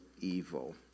evil